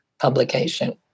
publication